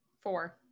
Four